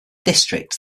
districts